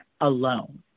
alone